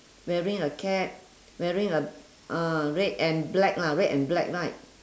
wearing a cap wearing a uh red and black lah red and black right